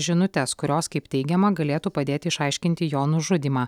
žinutes kurios kaip teigiama galėtų padėti išaiškinti jo nužudymą